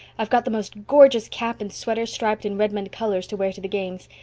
i've got the most gorgeous cap and sweater striped in redmond colors to wear to the games.